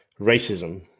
racism